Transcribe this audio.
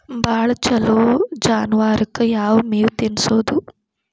ಭಾಳ ಛಲೋ ಜಾನುವಾರಕ್ ಯಾವ್ ಮೇವ್ ತಿನ್ನಸೋದು?